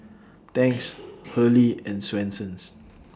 Tangs Hurley and Swensens